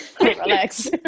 relax